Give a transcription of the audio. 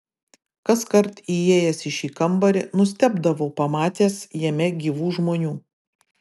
kaskart įėjęs į šį kambarį nustebdavau pamatęs jame gyvų žmonių